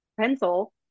pencil